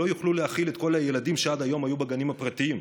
לא יוכלו להכיל את כל הילדים שעד היום היו בגנים הפרטיים,